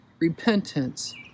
repentance